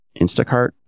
Instacart